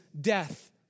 death